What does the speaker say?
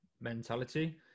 mentality